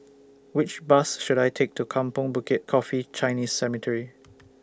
Which Bus should I Take to Kampong Bukit Coffee Chinese Cemetery